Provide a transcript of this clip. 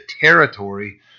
territory